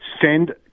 send